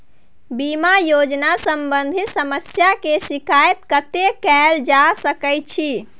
बीमा योजना सम्बंधित समस्या के शिकायत कत्ते कैल जा सकै छी?